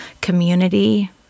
Community